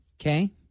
Okay